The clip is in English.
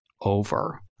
over